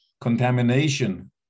contamination